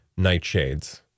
nightshades